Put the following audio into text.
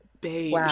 beige